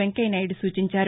వెంకయ్యనాయుడు సూచించారు